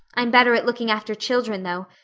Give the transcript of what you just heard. i'm better at looking after children, though.